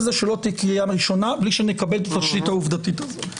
כך שלא תהיה קריאה ראשונה בלי שתהיה התשתית העובדתית הזו.